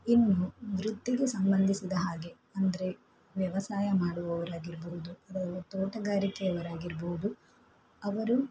ಇನ್ನು ವೃತ್ತಿಗೆ ಸಂಬಂಧಿಸಿದ ಹಾಗೆ ಅಂದರೆ ವ್ಯವಸಾಯ ಮಾಡುವವರಾಗಿರಬಹುದು ತೋಟಗಾರಿಕೆಯವರಾಗಿರಬಹುದು ಅವರು